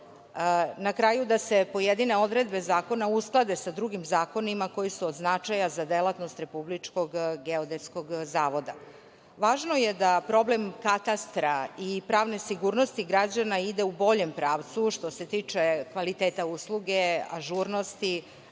Na kraju, da se pojedine odredbe zakona usklade sa drugim zakonima koji su od značaja za delatnost RGZ.Važno je da problem Katastra i pravne sigurnosti građana ide u boljem pravcu, što se tiče kvaliteta usluge, ažurnosti,